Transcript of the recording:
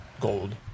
gold